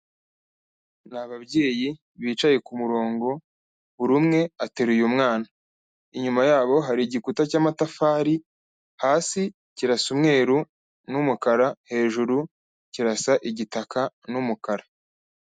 Ni ababyeyi bicaye ku murongo, buri umwe ateruye umwana, inyuma yabo hari igikuta cy'amatafari hasi kirasa umweru n'umukara, hejuru kirasa igitaka n'umukara.